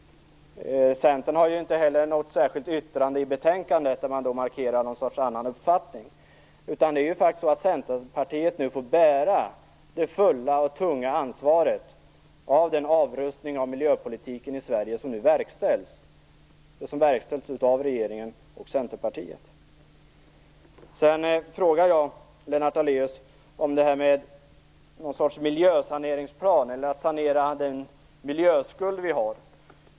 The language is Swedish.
Centern har ju inte heller något särskilt yttrande i betänkandet där man markerar någon annan uppfattning, utan Centerpartiet får nu faktiskt bära det fulla och tunga ansvaret för den avrustning av miljöpolitiken i Sverige som nu verkställs av regeringen och Centerpartiet. Jag frågade Lennart Daléus om det finns någon sorts miljösaneringsplan, dvs. att sanera den miljöskuld som vi har.